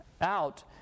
out